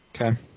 Okay